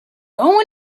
going